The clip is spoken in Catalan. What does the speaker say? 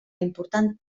important